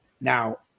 now